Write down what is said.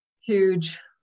huge